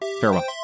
Farewell